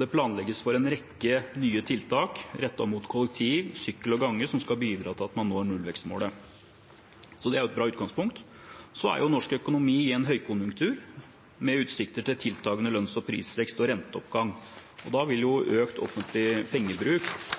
Det planlegges for en rekke nye tiltak rettet mot kollektiv, sykkel og gange som skal bidra til at man når nullvekstmålet. Det er et bra utgangspunkt. Så er norsk økonomi i en høykonjunktur med utsikter til tiltagende lønns- og prisvekst og renteoppgang. Da vil økt offentlig pengebruk